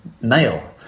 male